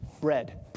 bread